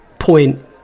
point